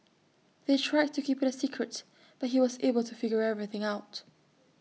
they tried to keep IT A secret but he was able to figure everything out